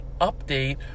update